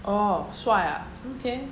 orh 帅 ah okay